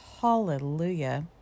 Hallelujah